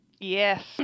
Yes